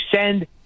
send